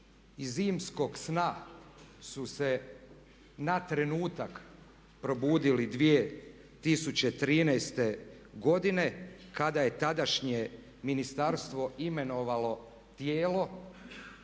Iz zimskog sna su se na trenutak probudili 2013. godine kada je tadašnje ministarstvo imenovalo tijelo